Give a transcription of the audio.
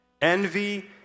Envy